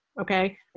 okay